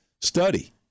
study